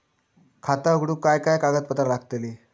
खाता उघडूक काय काय कागदपत्रा लागतली?